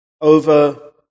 over